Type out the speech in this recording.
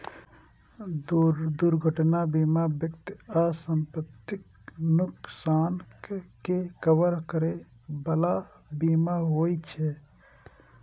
दुर्घटना बीमा व्यक्ति आ संपत्तिक नुकसानक के कवर करै बला बीमा होइ छे